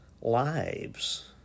lives